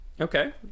Okay